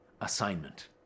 assignment